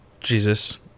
Jesus